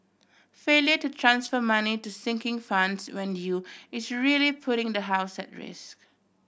failure to transfer money to sinking funds when due is really putting the house at risk